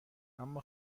اما